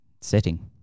setting